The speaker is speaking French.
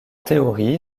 théorie